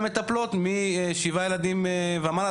המטפלות משבעה ילדים ומעלה,